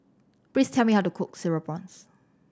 please tell me how to cook Cereal Prawns